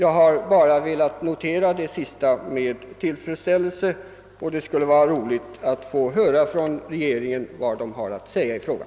Jag har bara velat notera det sista med tillfredsställelse, och det skulle vara intressant att från regeringen få höra vad den har att säga i frågan.